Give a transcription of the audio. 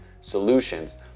solutions